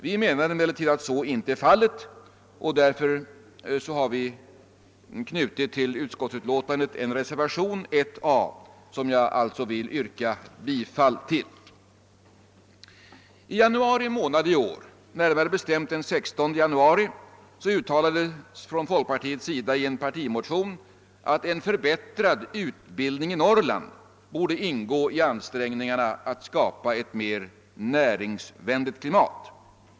Vi menar att så inte är fallet, och därför har vi till utskottsutlåtandet fogat en reservation, 1 a, som jag vill yrka bifall till. I januari månad i år, närmare bestämt den 16 januari, uttalades i en partimotion från folkpartiet att en förbättring av utbildningen i Norrland borde ingå i ansträngningarna att skapa ett mer näringsvänligt klimat.